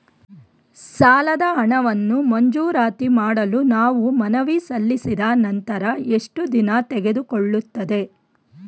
ಸಾಲದ ಹಣವನ್ನು ಮಂಜೂರಾತಿ ಮಾಡಲು ನಾವು ಮನವಿ ಸಲ್ಲಿಸಿದ ನಂತರ ಎಷ್ಟು ದಿನ ತೆಗೆದುಕೊಳ್ಳುತ್ತದೆ?